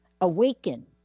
awaken